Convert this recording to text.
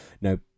No